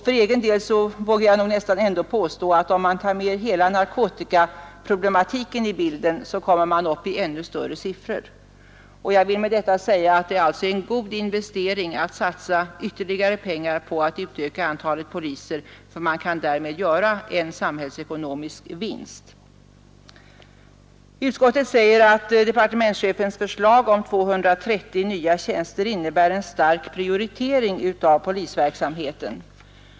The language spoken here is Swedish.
För egen del vågar jag påstå, att om man tar med hela narkotikaproblematiken i bilden kommer man upp i ännu större siffror. Jag vill med detta säga att det alltså är en god investering att satsa ytterligare pengar på att utöka antalet poliser. Man kan därmed göra en samhällsekonomisk vinst. Utskottet anför att departementschefens förslag om 230 nya tjänster innebär ”en stark prioritering av polisverksamheten”.